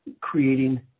creating